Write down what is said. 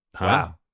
Wow